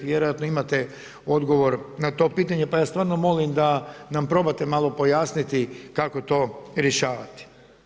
Vjerojatno imate odgovor na to pitanje pa ja stvarno molim da nam probate malo pojasniti kako to rješavati.